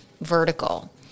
vertical